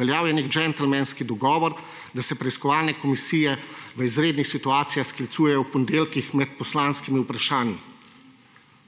Veljal je nek džentelmenski dogovor, da se preiskovalne komisije v izrednih situacijah sklicujejo v ponedeljkih med poslanskimi vprašanji.